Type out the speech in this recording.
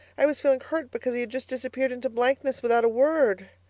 i was feeling hurt because he had just disappeared into blankness without a word.